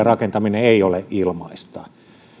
rakentaminen ei ole ilmaista